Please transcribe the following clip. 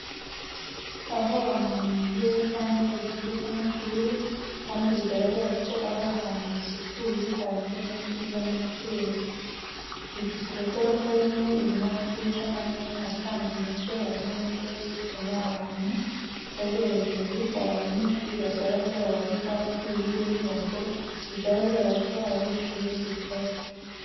Aho abantu bigira cyangwa ikigo cy'amashuri, kandi bigaragara ko ari ahantu hasukuye, harangwa n'ubwiza n'umutuzo. Ifite igorofa rimwe, irimo amadirishya manini atanga umucyo hariho n’ingazi zituma abantu bajya hejuru hari abanyeshuri bagaragara bari hafi y'iyo nyubako bigaragaza ko iri shuri rikora.